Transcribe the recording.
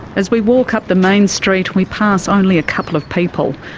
as we walk up the main street we pass only a couple of people.